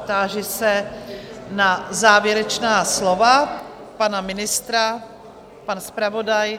Táži se na závěrečná slova pana ministra, pan zpravodaj?